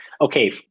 okay